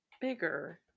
bigger